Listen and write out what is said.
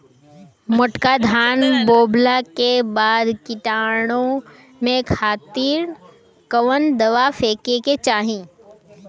मोटका धान बोवला के बाद कीटाणु के खातिर कवन दावा फेके के चाही?